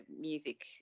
music